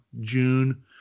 June